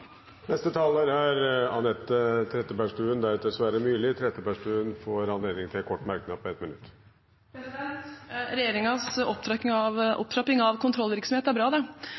Anette Trettebergstuen har hatt ordet to ganger og får ordet til en kort merknad, begrenset til 1 minutt. Regjeringens opptrapping av kontrollvirksomhet er bra. Vi støtter det.